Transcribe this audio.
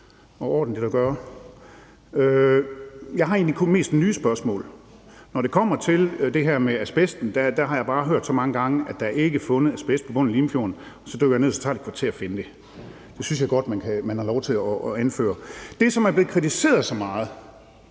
Jeg har egentlig kun mest nye spørgsmål. Når det kommer til det her med asbesten, har jeg bare hørt så mange gange, at der ikke er fundet asbest på bunden af Limfjorden; så dykker jeg ned, og så tager det et kvarter at finde det. Det synes jeg godt man har lov til at anføre. Det, som er blevet kritiseret så meget,